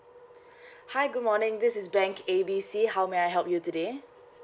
hi good morning this is bank A B C how may I help you today